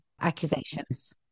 accusations